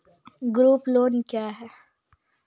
Group loan क्या है?